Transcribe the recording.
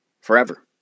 forever